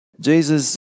Jesus